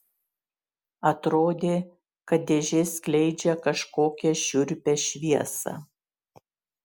atrodė kad dėžė skleidžia kažkokią šiurpią šviesą